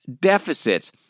deficits